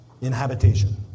Inhabitation